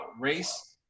race